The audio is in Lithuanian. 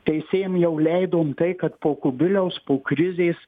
teisėjam jau leidom tai kad po kubiliaus po krizės